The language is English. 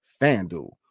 FanDuel